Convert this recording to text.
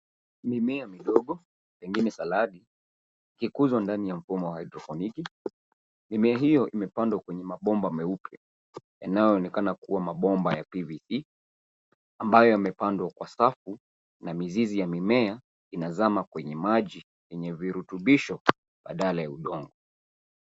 Mimea midogo, pengine saladi, ikikuzwa ndani ya mfumo wa haidroponiki. Mimea hiyo imepandwa kwenye mabomba meupe yanayoonekana kuwa mabomba ya PVC ambayo yamepandwa kwa safu na mizizi ya mimea inazama kwenye maji yenye virutubisho badala ya udongo.